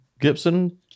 Gibson